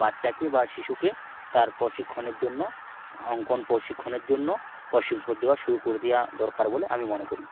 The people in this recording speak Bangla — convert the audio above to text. বাচ্চাকে বা শিশুকে তার প্রশিক্ষণের জন্য অঙ্কন প্রশিক্ষণের জন্য প্রশিক্ষণ দেওয়া শুরু করে দেওয়া দরকার বলে আমি মনে করি